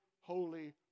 holy